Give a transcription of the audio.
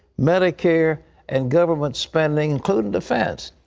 medicare, and government spending, including defense.